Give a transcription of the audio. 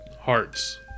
hearts